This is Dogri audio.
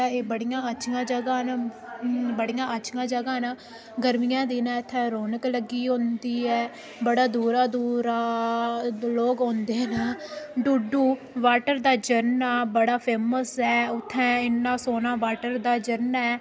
एह् बड़ियां अच्छियां जगह न बड़ियां अच्छियां जगह न गर्मियें दिनें इत्थै रौनक लग्गी दी होंदी ऐ बड़ा दूरा दूरा लोग औंदे न डूडू वाटर दा झरना बड़ा फेमस ऐ उत्थैं इन्ना सौह्ना वाटर दा झरना ऐ